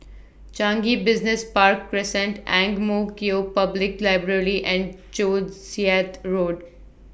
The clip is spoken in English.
Changi Business Park Crescent Ang Mo Kio Public Library and Joo Chiat Road